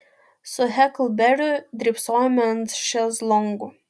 su heklberiu drybsojome ant šezlongų